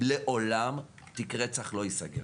לעולם תיק רצח לא ייסגר.